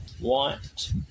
want